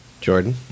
Jordan